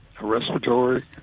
Respiratory